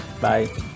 bye